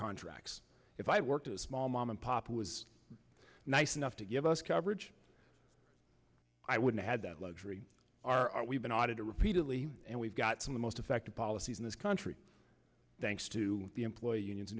contracts if i worked a small mom and pop was nice enough to give us coverage i wouldn't had that luxury are we've been audited repeatedly and we've got some the most effective policies in this country thanks to the employee union